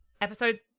episode